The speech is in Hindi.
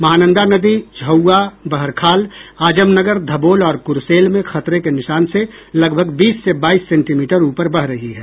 महानंदा नदी झौआ बहरखाल आजमनगर धबोल और कुर्सेल में खतरे के निशान से लगभग बीस से बाईस सेंटीमीटर ऊपर बह रही है